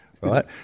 right